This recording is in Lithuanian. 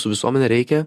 su visuomene reikia